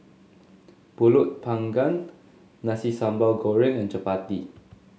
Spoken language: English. pulut Panggang Nasi Sambal Goreng and Chappati